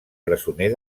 presoner